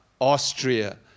Austria